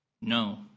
No